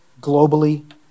globally